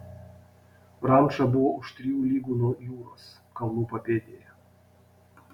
ranča buvo už trijų lygų nuo jūros kalnų papėdėje